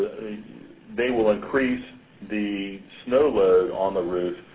they will increase the snow load on the roof,